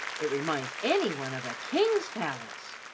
it reminds any one of a king's palace.